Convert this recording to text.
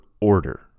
order